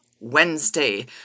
Wednesday